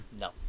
No